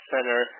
Center